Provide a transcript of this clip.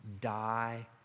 die